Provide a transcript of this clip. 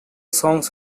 songs